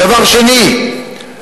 דבר שני,